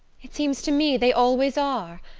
it seems to me they always are.